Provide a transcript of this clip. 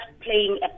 playing